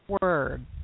Word